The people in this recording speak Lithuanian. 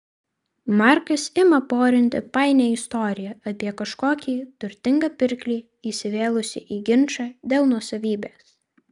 markas ima porinti painią istoriją apie kažkokį turtingą pirklį įsivėlusį į ginčą dėl nuosavybės